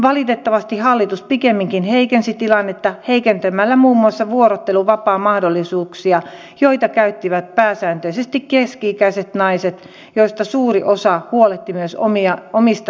valitettavasti hallitus pikemminkin heikensi tilannetta heikentämällä muun muassa vuorotteluvapaan mahdollisuuksia joita käyttivät pääsääntöisesti keski ikäiset naiset joista suuri osa huolehti myös omista ikääntyneistä vanhemmistaan